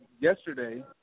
yesterday